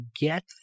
get